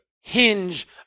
hinge